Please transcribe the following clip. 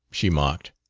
she mocked.